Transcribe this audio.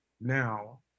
Now